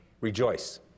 Rejoice